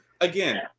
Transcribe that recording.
Again